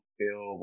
feel